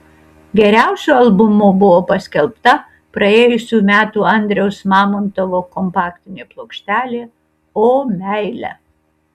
geriausiu albumu buvo paskelbta praėjusių metų andriaus mamontovo kompaktinė plokštelė o meile